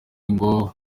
ngo